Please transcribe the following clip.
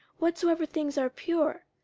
whatsoever things are pure,